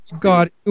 God